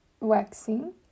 Waxing